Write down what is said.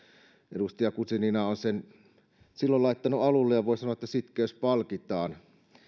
edustaja guzenina on sen silloin laittanut alulle ja voi sanoa että sitkeys palkitaan